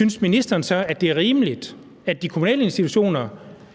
institutioner, at det er rimeligt, at de kommunale institutioner